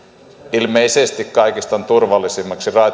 ilmeisesti kaikista turvallisimmaksi